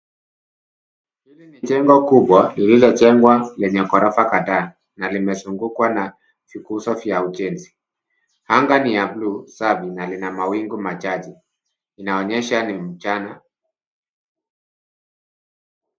Hili ni jengo kubwa lililojengwa lenye ghorofa kadhaa, na limezungukwa na vikuzo vya ujenzi. Anga ni ya blue safi, na lina mawingu machache. Inaonyesha ni mchana.